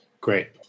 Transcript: Great